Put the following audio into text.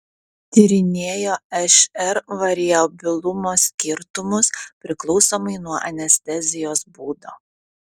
tyrinėjo šr variabilumo skirtumus priklausomai nuo anestezijos būdo